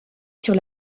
sur